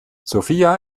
sofia